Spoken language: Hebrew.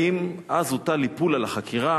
האם אז הוטל איפול על החקירה,